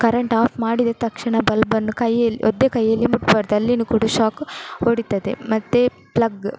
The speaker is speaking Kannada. ಕರಂಟ್ ಆಫ್ ಮಾಡಿದ ತಕ್ಷಣ ಬಲ್ಬನ್ನು ಕೈಯ್ಯಲ್ಲಿ ಒದ್ದೆ ಕೈಯ್ಯಲ್ಲಿ ಮುಟ್ಬಾರ್ದು ಅಲ್ಲಿಯೂ ಕೂಡ ಶಾಕ್ ಹೊಡೀತದೆ ಮತ್ತು ಪ್ಲಗ್